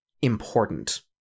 important